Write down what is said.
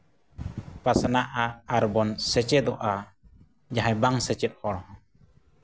ᱯᱟᱥᱱᱟᱜᱼᱟ ᱟᱨ ᱵᱚᱱ ᱥᱮᱪᱮᱫᱚᱜᱼᱟ ᱡᱟᱦᱟᱸᱭ ᱵᱟᱝ ᱥᱮᱪᱮᱫ ᱦᱚᱲ